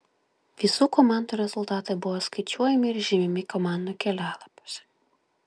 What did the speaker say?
visų komandų rezultatai buvo skaičiuojami ir žymimi komandų kelialapiuose